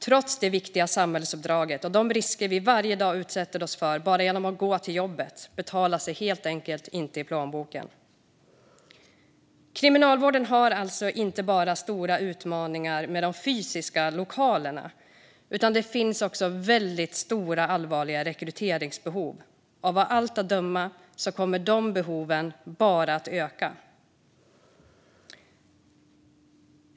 Trots det viktiga samhällsuppdraget och de risker vi varje dag utsätter oss för bara genom att gå till jobbet betalar sig helt enkelt inte i plånboken." Kriminalvården har alltså inte bara stora utmaningar med de fysiska lokalerna. Det finns också väldigt stora och allvarliga rekryteringsbehov, och av allt att döma kommer de behoven bara att öka.